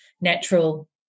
natural